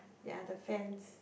yea the fence